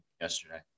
yesterday